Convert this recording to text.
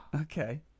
Okay